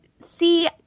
See